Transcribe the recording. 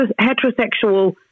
heterosexual